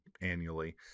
annually